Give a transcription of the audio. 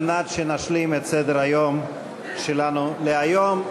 על מנת שנשלים את סדר-היום שלנו להיום.